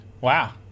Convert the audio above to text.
Wow